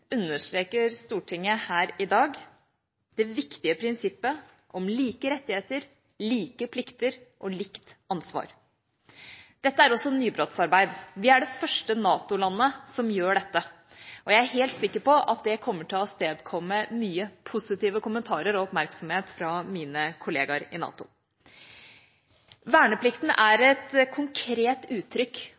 understreker Stortinget her i dag det viktige prinsippet om like rettigheter, like plikter og likt ansvar. Dette er også nybrottsarbeid. Vi er det første NATO-landet som gjør dette, og jeg er helt sikker på at det kommer til å avstedkomme mye positive kommentarer og oppmerksomhet fra mine kollegaer i NATO. Verneplikten er et konkret uttrykk